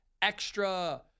extra